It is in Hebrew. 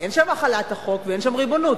אין שם החלת החוק ואין שם ריבונות,